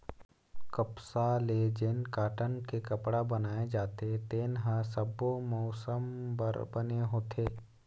कपसा ले जेन कॉटन के कपड़ा बनाए जाथे तेन ह सब्बो मउसम बर बने होथे